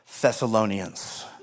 Thessalonians